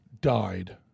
died